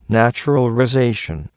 naturalization